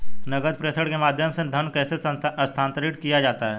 नकद प्रेषण के माध्यम से धन कैसे स्थानांतरित किया जाता है?